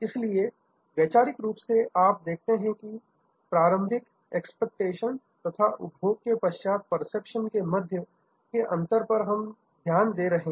इसलिए वैचारिक रूप से आप देखेंगे कि प्रारंभिक एक्सपेक्टेशन तथा उपभोग के पश्चात के परसेप्शन के मध्य के अंतर पर हम ध्यान दे रहे हैं